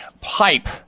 pipe